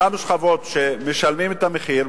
אותן שכבות שמשלמות את המחיר.